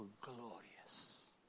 glorious